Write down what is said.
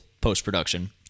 post-production